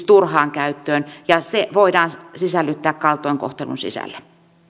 turhaan käyttöön ja se voidaan sisällyttää kaltoinkohtelun sisälle